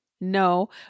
No